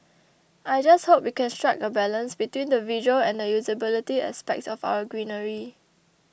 I just hope we can strike a balance between the visual and the usability aspects of our greenery